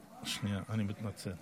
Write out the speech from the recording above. שנייה, אני מתנצל.